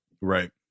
Right